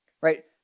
right